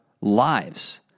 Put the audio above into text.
lives